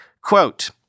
Quote